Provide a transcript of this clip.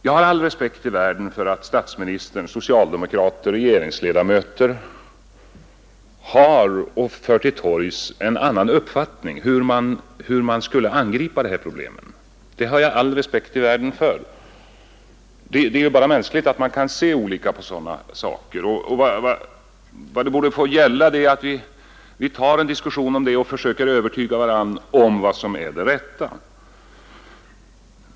Jag har all respekt i världen för att statsministern, övriga regeringsledamöter och socialdemokrater har och för till torgs en annan uppfattning om hur problemen skall angripas. Det är bara mänskligt att man kan se olika på sådana saker. Vad det borde gälla är att vi i diskussionen försöker övertyga varandra om vad som är det rätta.